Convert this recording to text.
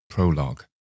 Prologue